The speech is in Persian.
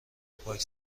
پارک